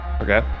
okay